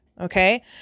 Okay